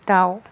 दाव